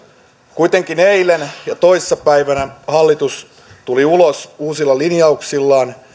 kuitenkin eilen ja toissa päivänä hallitus tuli ulos uusilla linjauksillaan